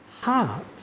heart